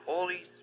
Holy